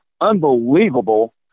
unbelievable